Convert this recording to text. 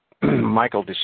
Michael